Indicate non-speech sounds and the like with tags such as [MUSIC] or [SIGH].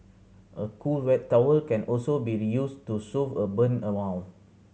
a cool wet towel can also be used to soothe a burn [UNINTELLIGIBLE]